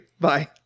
Bye